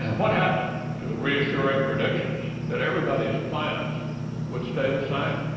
what happened to the reassuring predictions that everybody's plans would stay the same?